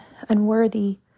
unworthy